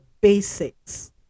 basics